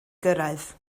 gyrraedd